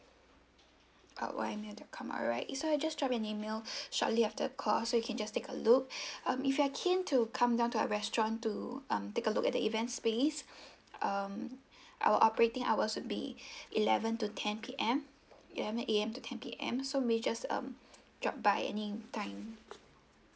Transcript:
at Y mail dot com alright esa I just drop me an email shortly after the call so you can just take a look um if you are keen to come down to our restaurant to um take a look at the event space um our operating hours would be eleven to ten P_M eleven A_M to ten P_M so maybe um just drop by any time